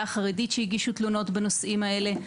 החרדית שהגישו תלונות בנושאים האלה.